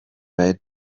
red